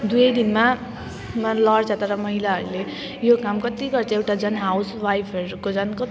दुवै दिनमा उनीहरू लड्छ तर महिलाहरूले यो काम कत्ति गर्छ एउटा झन् हाउसवाइफहरूको झन् कत्ति